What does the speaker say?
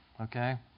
okay